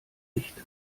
nicht